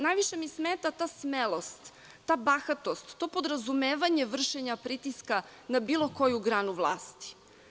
Najviše mi smeta smelost, ta bahatost, to podrazumevanje vršenja pritiska na bilo koju granu vlasti.